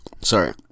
Sorry